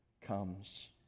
comes